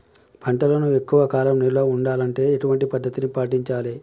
పంటలను ఎక్కువ కాలం నిల్వ ఉండాలంటే ఎటువంటి పద్ధతిని పాటించాలే?